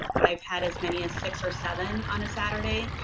i've had as many as six or seven on a saturday.